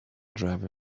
driver